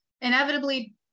Inevitably